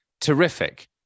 Terrific